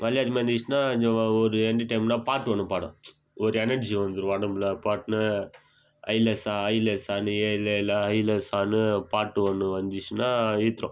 வலையில் அதிகமாக இருந்துச்சுன்னால் இந்த ஒரு எண்டர்டெயின்மெண்ட்டாக பாட்டு ஒன்று பாடுவோம் ஒரு எனர்ஜி வந்துடும் உடம்புல பாட்டு ஐலேசா ஐலேசான்னு ஏலேலோ ஐலேசான்னு பாட்டு ஒன்று வந்துச்சுன்னால் இழுத்துடுவோம்